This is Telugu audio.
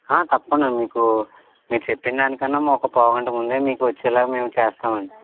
తప్పకుండా మీకు మీరు చెప్పిన దానికన్నా ఒక పావుగంట ముందే మీకు వచ్చెలాగ మేము చేస్తాం అండి